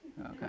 Okay